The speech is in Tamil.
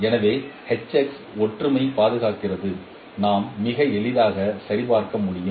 எனவே Hx ஒற்றுமையை பாதுகாக்கிறது நாம் மிக எளிதாக சரிபார்க்க முடியும்